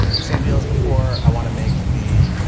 same deal as before. i want to make the